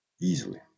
easily